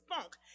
funk